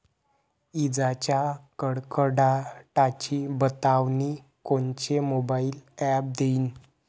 इजाइच्या कडकडाटाची बतावनी कोनचे मोबाईल ॲप देईन?